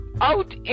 out